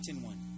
one